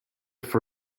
for